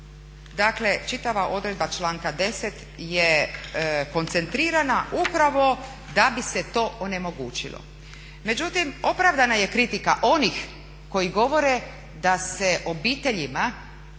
državu, čitava odredba članka 10.je koncentrirana upravo da bi se to onemogućilo. Međutim opravdana je kritika onih koji govore da se obiteljima